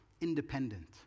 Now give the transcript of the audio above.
independent